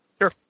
Sure